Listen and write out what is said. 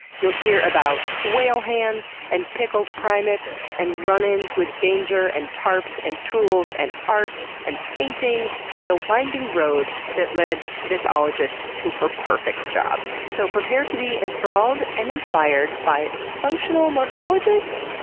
you'll hear about whale hands, and pickled primates, and run-institution with danger, and tarps, and tools, and art, and fainting, and the winding road that lead this ologist to her perfect job. so prepare to be enthralled and inspired by functional morphologist,